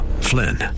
Flynn